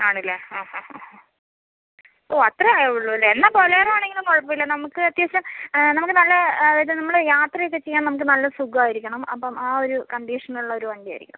ആണ് അല്ലെ ഓ അത്രയേ ആയുള്ളൂ അല്ലേ എന്നാൽ ബോലെറോ ആണെങ്കിലും കുഴപ്പമില്ല നമുക്ക് അത്യാവശ്യം നമുക്ക് നല്ല ഇത് നമ്മൾ യാത്ര ഒക്കെ ചെയ്യാൻ നമുക്ക് നല്ല സുഖമായിരിക്കണം അപ്പോൾ ആ ഒരു കണ്ടീഷനുള്ള ഒരു വണ്ടിയായിരിക്കണം